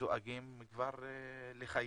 שדואגים לחייהם,